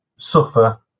suffer